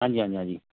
हाँ जी हाँ जी हाँ जी